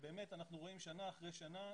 באמת אנחנו רואים שנה אחרי שנה,